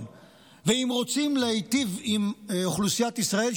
ואם רוצים להיטיב עם אוכלוסיית ישראל,